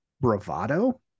bravado